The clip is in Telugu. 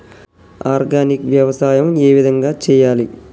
ఆర్గానిక్ వ్యవసాయం ఏ విధంగా చేయాలి?